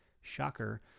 Shocker